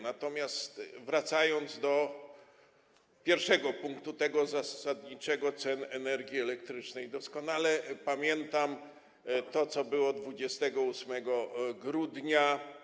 Natomiast wracając do pierwszego punktu, tego zasadniczego, cen energii elektrycznej, doskonale pamiętam to, co było 28 grudnia.